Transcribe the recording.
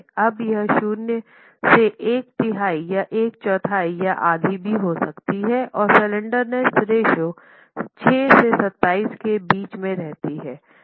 अब यह शून्य से एक तिहाई या एक चौथाई या आधी भी हो सकती है और स्लैंडरनेस रेश्यो 6 से 27 के बीच में रहती है